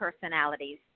personalities